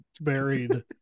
buried